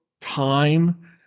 time